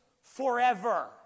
Forever